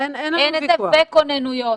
אין כוננויות.